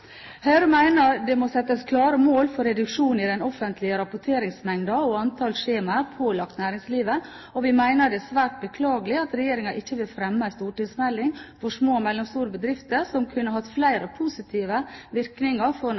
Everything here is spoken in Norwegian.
Høyre mener det må settes klare mål for reduksjon i den offentlige rapporteringsmengden og antall skjemaer pålagt næringslivet, og vi mener det er svært beklagelig at regjeringen ikke vil fremme en stortingsmelding for små og mellomstore bedrifter, som kunne hatt flere positive virkninger